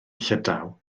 llydaw